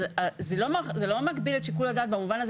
אז זה לא מגביל את שיקול הדעת במובן זה